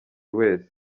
wese